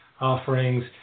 offerings